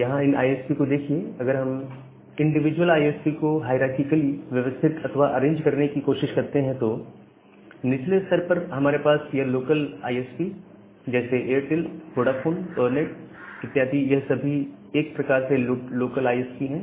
यहां इन आईएसपी को देखिए अगर हम अगर हम इंडिविजुअल आईएसपी को हायरारकीकली व्यवस्थित अथवा अरेंज करने की कोशिश करते हैं तो निचले स्तर पर हमारे पास यह लोकल आईएसपी जैसे एयरटेल वोडाफोन अरनेट इत्यादि यह सभी एक प्रकार से लोकल आईएसपी हैं